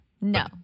No